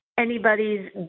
anybody's